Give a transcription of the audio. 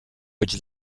być